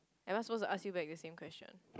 and I supposed to ask you back the same question